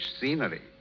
scenery